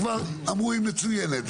כבר אמרו שהיא מצוינת.